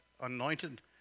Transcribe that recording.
anointed